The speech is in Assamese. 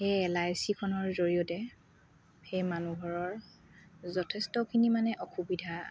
সেই এল আই চিখনৰ জৰিয়তে সেই মানুহ ঘৰৰ যথেষ্টখিনি মানে অসুবিধা